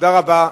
תודה רבה.